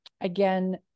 again